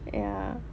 ya